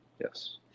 yes